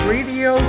Radio